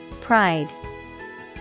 Pride